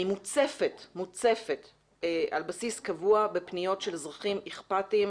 אני מוצפת על בסיס קבוע בפניות של אזרחים אכפתיים